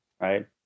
right